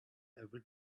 every